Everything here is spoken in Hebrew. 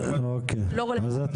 אוקיי, אז את